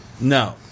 No